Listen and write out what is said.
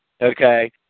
Okay